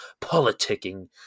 politicking